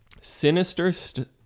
Sinister